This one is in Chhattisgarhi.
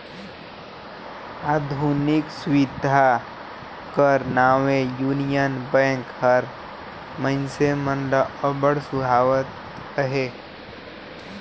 आधुनिक सुबिधा कर नावें युनियन बेंक हर मइनसे मन ल अब्बड़ सुहावत अहे